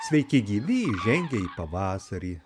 sveiki gyvi žengia į pavasarį